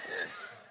Yes